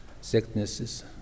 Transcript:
sicknesses